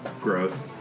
Gross